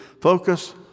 Focus